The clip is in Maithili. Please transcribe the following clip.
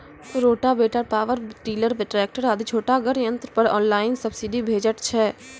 रोटावेटर, पावर टिलर, ट्रेकटर आदि छोटगर यंत्र पर ऑनलाइन सब्सिडी भेटैत छै?